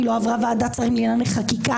היא לא עברה ועדת שרים לענייני חקיקה,